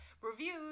reviews